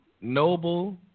Noble